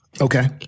Okay